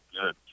good